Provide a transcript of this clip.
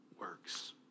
works